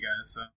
guys